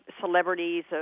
celebrities